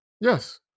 Yes